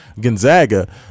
Gonzaga